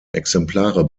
exemplare